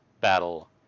battle